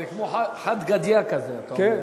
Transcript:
זה כמו "חד גדיא", אתה אומר.